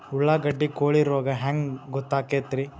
ಉಳ್ಳಾಗಡ್ಡಿ ಕೋಳಿ ರೋಗ ಹ್ಯಾಂಗ್ ಗೊತ್ತಕ್ಕೆತ್ರೇ?